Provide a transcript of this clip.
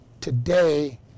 today